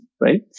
right